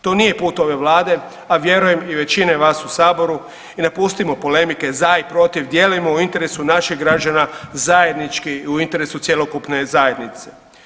To nije put ove Vlade, a vjerujem i većine vas u Saboru i napustimo polemike za i protiv, djelujmo u interesu naših građana zajednički u interesu cjelokupne zajednice.